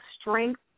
strength